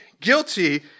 guilty